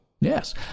Yes